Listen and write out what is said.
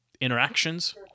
interactions